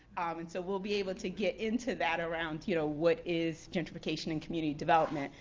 and so we'll be able to get into that around you know what is gentrification in community development,